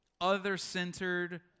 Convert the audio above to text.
other-centered